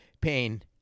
pain